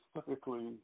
specifically